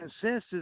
consensus